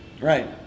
right